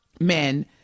men